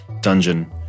dungeon